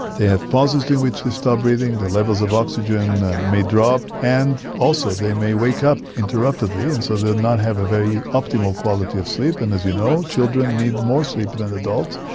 they have pauses in which they stop breathing, their levels of oxygen may drop, and also they may wake up interruptedly, and so they will not have a very optimal quality of sleep and, as you know, children need more sleep than adults,